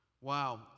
Wow